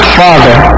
father